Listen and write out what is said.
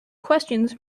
questions